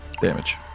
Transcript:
damage